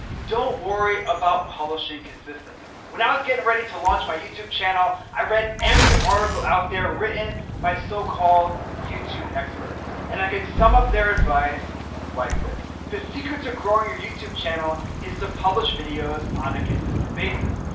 don't worry about publishing consistently. when i was getting ready to launch my youtube channel, i read every article out there written by so called youtube experts. and i could sum up their advice like this. the secret to growing your youtube channel is to publish videos on a consistent basis.